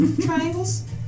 Triangles